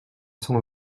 cent